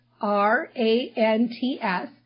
R-A-N-T-S